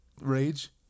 rage